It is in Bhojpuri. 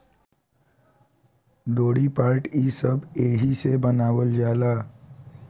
डोरी, पाट ई हो सब एहिसे बनावल जाला